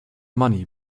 money